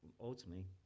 ultimately